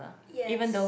yes